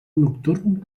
nocturn